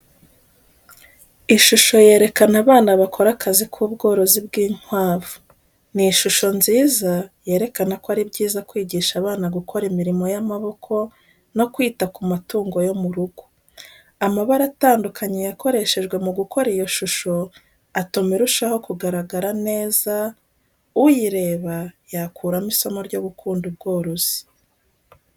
Ishusho yerekana abana bakora akazi k'ubworozi bw'inkwavu, ni ishusho nziza yerekana ko ari byiza kwigisha abana gukora imirimo y'amaboko no kwita k'umatungo yo mu rugo. Amabara atandukanye yakoreshejwe mu gukora iyo shusho atuma irushaho kugaragara neza uyireba yakuramo isomo ryo gukunda ubworozi.